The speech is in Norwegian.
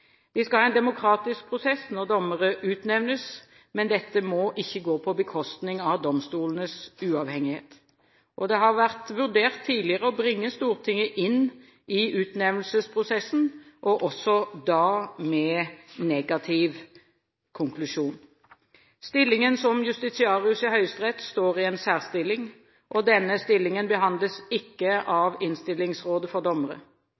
Vi skal ha en demokratisk prosess når dommere utnevnes. Men dette må ikke gå på bekostning av domstolenes uavhengighet. Det har tidligere vært vurdert å bringe Stortinget inn i utnevnelsesprosessen – også da med negativ konklusjon. Stillingen som justitiarius i Høyesterett står i en særstilling. Denne stillingen behandles ikke av Innstillingsrådet for dommere.